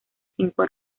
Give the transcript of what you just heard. cinco